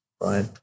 right